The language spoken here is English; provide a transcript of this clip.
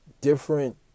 different